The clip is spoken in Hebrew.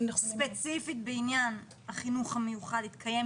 וספציפית בעניין החינוך המיוחד יתקיים